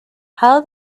how